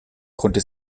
konnte